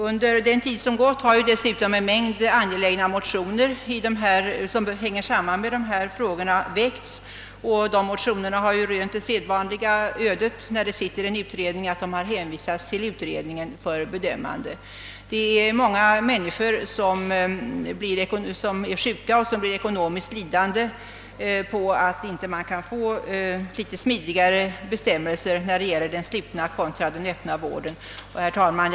Under de gångna sex åren har dessutom väckts en mängd angelägna motioner som sammanhänger med dessa spörsmål, men de har rönt det sedvanliga ödet när det sitter en utredning, nämligen att hänvisas till utredningen för bedömning. Många sjuka människor blir ekonomiskt lidande på att man inte kan få till stånd något Herr talman!